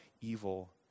evil